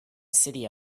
city